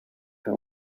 and